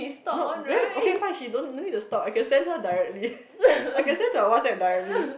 no because okay fine she don't let's me to stop I can send her directly I can send to her WhatsApp directly